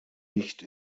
nicht